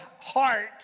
heart